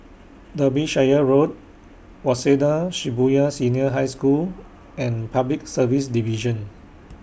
Derbyshire Road Waseda Shibuya Senior High School and Public Service Division